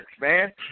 man